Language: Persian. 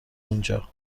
اونجا